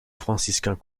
franciscains